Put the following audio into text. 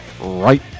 right